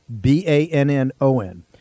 B-A-N-N-O-N